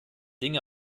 dinge